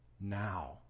now